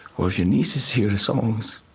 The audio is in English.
or if your nieces hear the songs,